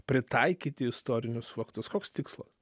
pritaikyti istorinius faktus koks tikslas